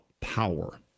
Power